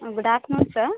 ah good afternoon sir